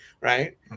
right